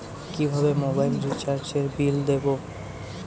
কিভাবে মোবাইল রিচার্যএর বিল দেবো?